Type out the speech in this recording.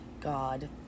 god